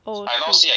oh shit